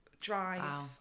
drive